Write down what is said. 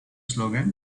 slogan